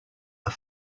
are